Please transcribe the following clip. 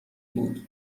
بود